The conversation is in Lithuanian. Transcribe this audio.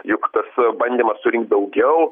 juk tas bandymas surinkt daugiau